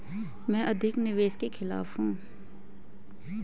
मैं अधिक निवेश के खिलाफ हूँ